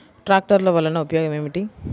ట్రాక్టర్లు వల్లన ఉపయోగం ఏమిటీ?